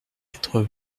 quatre